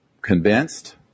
convinced